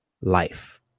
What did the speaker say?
life